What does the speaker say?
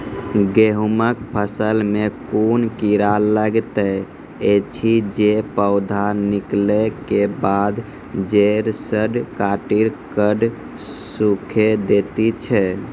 गेहूँमक फसल मे कून कीड़ा लागतै ऐछि जे पौधा निकलै केबाद जैर सऽ काटि कऽ सूखे दैति छै?